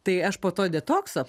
tai aš po to detokso